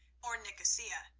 or nicosia.